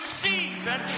season